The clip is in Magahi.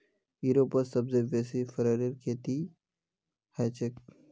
यूरोपत सबसे बेसी फरेर खेती हछेक